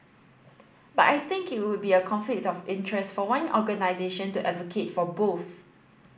but I think it would be a conflict of interest for one organisation to advocate for both